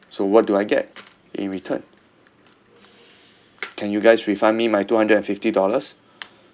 so what do I get in return can you guys refund me my two hundred and fifty dollars